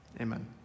amen